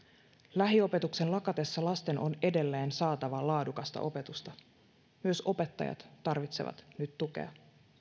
lähiopetuksen lakatessa lasten on edelleen saatava laadukasta opetusta myös opettajat tarvitsevat nyt tukea